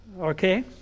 Okay